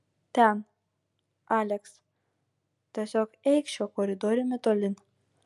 ten aleks tiesiog eik šiuo koridoriumi tolyn